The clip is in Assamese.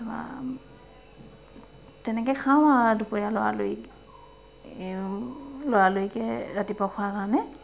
তেনেকৈ খাওঁ আ দুপৰীয়া লৰালৰিকৈ লৰালৰিকৈ ৰাতিপুৱা খোৱা কাৰণে